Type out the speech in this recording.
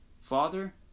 Father